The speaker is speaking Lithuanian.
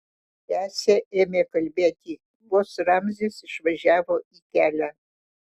tęsė ėmė kalbėti vos ramzis išvažiavo į kelią